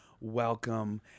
welcome